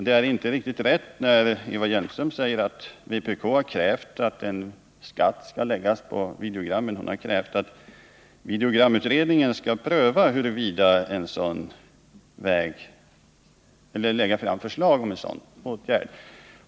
Det är inte riktigt rätt när Eva Hjelmström säger att vpk har krävt att en skatt skall läggas på videogrammen. Vpk har krävt att videogramutredningen skall lägga fram förslag om en sådan åtgärd.